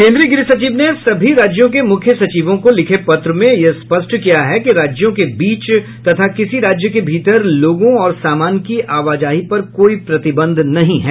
केंद्रीय गृहसचिव ने सभी राज्यों के मुख्य सचिवों को लिखे पत्र में यह स्पष्ट किया है कि राज्यों के बीच तथा किसी राज्य के भीतर लोगों और सामान की आवाजाही पर कोई प्रतिबंध नहीं है